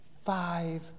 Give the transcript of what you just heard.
Five